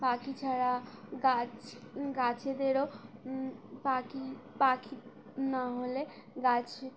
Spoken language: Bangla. পাখি ছাড়া গাছ গাছেদেরও পাখি পাখি না হলে গাছ